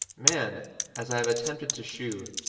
man, as i have attempted to shew,